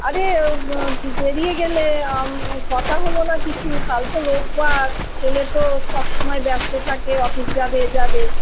আরে বেরিয়ে গেলে কথা হল না কিছু কাল তো রোববার ছেলে তো সবসময় ব্যস্ত থাকে অফিস যাবে এ যাবে